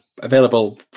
available